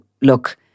look